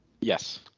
yes